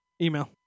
email